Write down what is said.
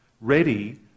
ready